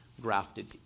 grafted